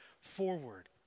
forward